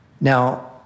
Now